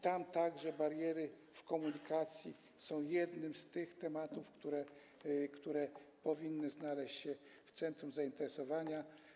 Tam także bariery w komunikacji są jednym z tych tematów, które powinny znaleźć się w centrum zainteresowania.